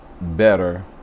better